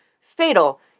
Fatal